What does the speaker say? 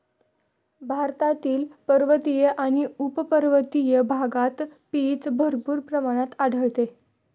भारतातील पर्वतीय आणि उपपर्वतीय भागात पीच भरपूर प्रमाणात आढळते